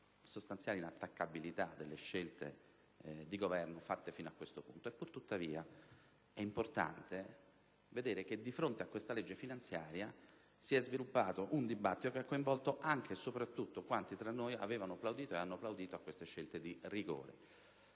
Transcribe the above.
sostanziale inattaccabilità delle scelte adottate dal Governo fino a questo punto. Pur tuttavia, è importante vedere come di fronte a questa legge finanziaria si sia sviluppato un dibattito che ha coinvolto anche e soprattutto quanti tra noi avevano e hanno plaudito a queste scelte di vigore.